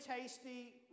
tasty